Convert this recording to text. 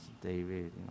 David